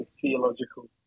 theological